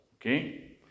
okay